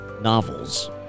novels